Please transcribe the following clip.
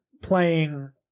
playing